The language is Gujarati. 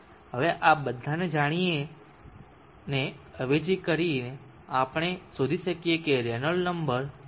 હવે આ બધાને જાણીને અવેજી કરીને આપણે શોધી શકીએ કે રેનોલ્ડ્સ નંબર 0